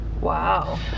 Wow